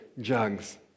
jugs